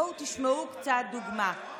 בואו תשמעו קצת דוגמאות.